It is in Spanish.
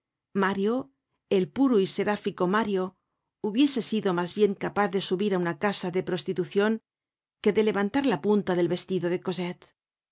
mario el puro y seráfico mario hubiese sido mas bien capaz de subir á una casa de prostitucion que de levantar la punta del vestido de cosette